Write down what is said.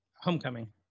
Homecoming